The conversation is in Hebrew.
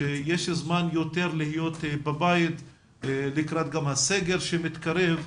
שיש זמן יותר להיות בבית גם לקראת הסגר שמתקרב,